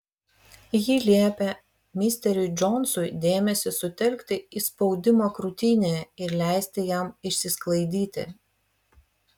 ji liepė misteriui džonsui dėmesį sutelkti į spaudimą krūtinėje ir leisti jam išsisklaidyti